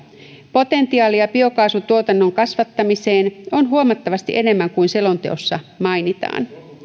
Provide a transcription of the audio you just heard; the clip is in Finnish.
potentiaalia biokaasutuotannon kasvattamiseen on huomattavasti enemmän kuin selonteossa mainitaan